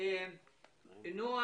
ארבעת הנציגים מהאוצר בוועדה כמו,